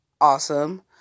awesome